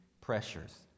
pressures